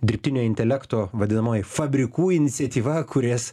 dirbtinio intelekto vadinamoji fabrikų iniciatyva kurias